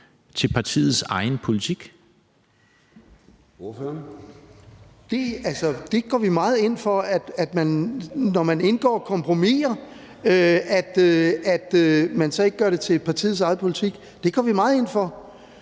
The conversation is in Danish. Søndergaard (EL): Vi går meget ind for, når man indgår kompromiser, at man så ikke gør det til partiets egen politik. Det går vi meget ind for,